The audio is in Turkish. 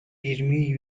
yirmi